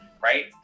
right